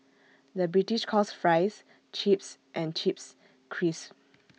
the British calls Fries Chips and Chips Crisps